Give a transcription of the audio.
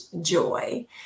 joy